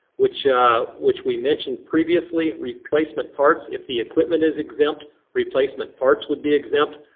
which which we mentioned previously. replacement parts, if the equipment is exempt, replacement parts would be exempt.